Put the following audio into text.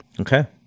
Okay